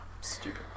stupid